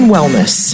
Wellness